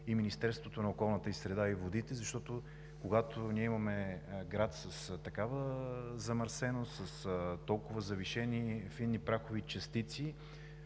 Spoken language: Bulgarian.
и Министерството на околната среда и водите, защото когато ние имаме град с такава замърсеност, с толкова завишени фини прахови частици,